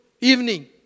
evening